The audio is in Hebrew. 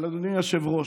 אבל אדוני היושב-ראש,